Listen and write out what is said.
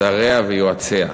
שריה ויועציה".